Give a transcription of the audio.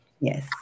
yes